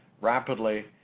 rapidly